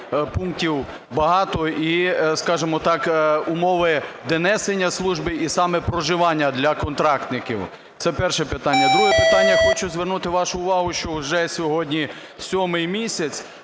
пунктів, багато і, скажімо так, умови несення служби і саме проживання для контрактників. Це перше питання. Друге питання. Хочу звернути вашу увагу, що вже сьогодні сьомий місяць